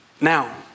Now